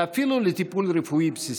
ואפילו לטיפול רפואי בסיסי.